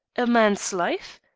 a man's life?